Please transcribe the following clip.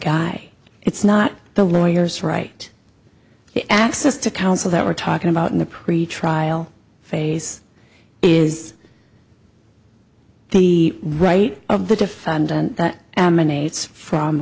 guy it's not the lawyers right access to counsel that we're talking about in the pretrial phase is the right of the defendant